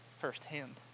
firsthand